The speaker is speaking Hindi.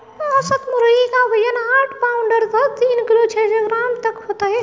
औसत मुर्गी क वजन आठ पाउण्ड अर्थात तीन किलो छः सौ ग्राम तक होता है